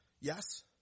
Yes